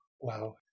Wow